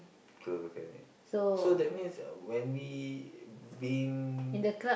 close balcony so that means when we been